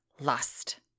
lust